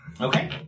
Okay